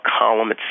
column